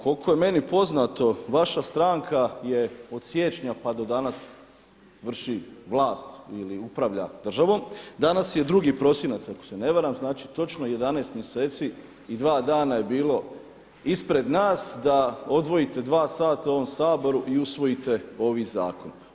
Koliko je meni poznato, vaša stranka je od siječnja pa do danas vrši vlast ili upravlja državom, danas je 2. prosinac, ako se ne varam, znači točno 11 mjeseci i dva dana je bilo ispred nas da odvojite 2 sata u ovom Saboru i usvojite ovaj zakon.